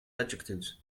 adjectives